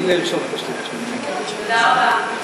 תודה רבה.